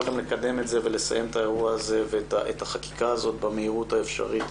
לקדם ולסיים את החקיקה הזאת במהירות האפשרית